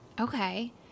Okay